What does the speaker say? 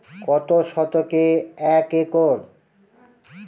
কত শতকে এক একর?